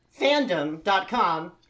fandom.com